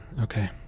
Okay